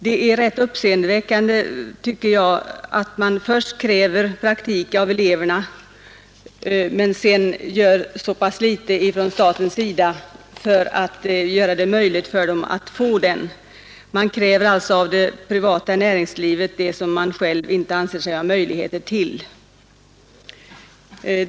Det är rätt uppseendeväckande, tycker jag, att man först kräver praktik av eleverna och sedan gör så litet från statens sida för att göra det möjligt för eleverna att få den. Man kräver alltså av det privata näringslivet det man själv inte anser sig ha möjlighet till.